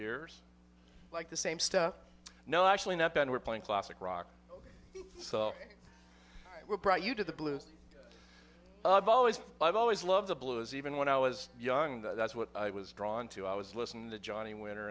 years like the same stuff no actually not been we're playing classic rock so we're brought you to the blues i've always i've always loved the blues even when i was young that's what i was drawn to i was listening to johnny winter